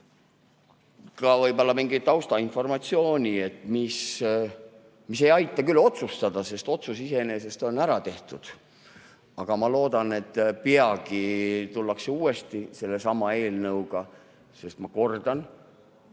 ka võib-olla mingi taustainformatsiooni, mis ei aita küll otsustada, sest otsus iseenesest on tehtud. Aga ma loodan, et peagi tullakse uuesti sellesama eelnõuga, sest, ma kordan,